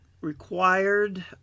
required